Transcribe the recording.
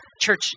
church